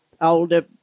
older